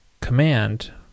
command